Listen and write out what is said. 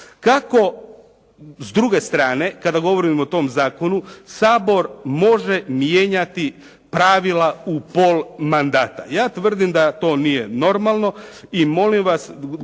Kako s druge strane kada govorimo o tom zakonu Sabor može mijenjati pravila u pol mandata. Ja tvrdim da to nije normalno i molim vas